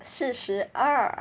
四十二